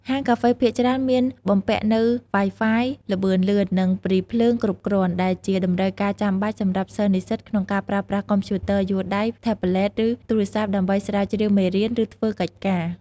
ហាងកាហ្វេភាគច្រើនមានបំពាក់នូវ ហ្វាយហ្វាយ ល្បឿនលឿន និង ព្រីភ្លើង គ្រប់គ្រាន់ ដែលជាតម្រូវការចាំបាច់សម្រាប់សិស្សនិស្សិតក្នុងការប្រើប្រាស់កុំព្យូទ័រយួរដៃ ថេប្លេត ឬទូរស័ព្ទដើម្បីស្រាវជ្រាវមេរៀន និងធ្វើកិច្ចការ។